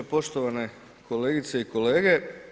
Poštovane kolegice i kolege.